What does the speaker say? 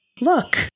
Look